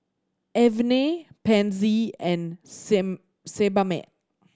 Avene Pansy and Sebamed